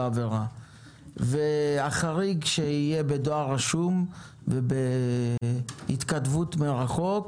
העבירה והחריג שיהיה בדואר רשום ובהתכתבות מרחוק,